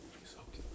it's okay